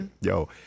yo